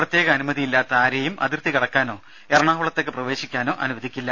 പ്രത്യേക അനുമതിയില്ലാത്ത ആരെയും അതിർത്തി കടക്കാനോ എറണാകുളത്തേക്ക് പ്രവേശിക്കാനോ അനുവദിക്കില്ല